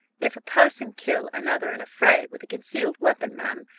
if a person kill another in a fray, with a concealed weapon, ma'am,